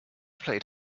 played